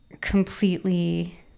completely